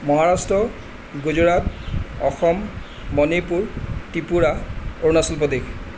Maharashtra Gujarat Assam Manipur Tripura Arunachal Pradesh